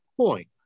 point